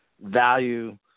value